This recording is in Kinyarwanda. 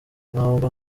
ntabo